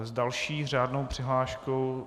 S další řádnou přihláškou...